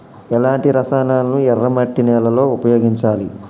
ఎలాంటి రసాయనాలను ఎర్ర మట్టి నేల లో ఉపయోగించాలి?